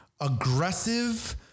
aggressive